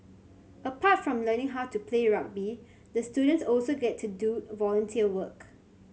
apart from learning how to play rugby the students also get to do volunteer work